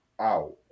out